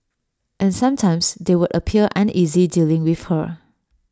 and sometimes they would appear uneasy dealing with her